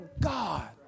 God